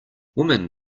women